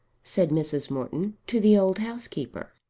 said mrs. morton to the old housekeeper.